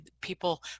people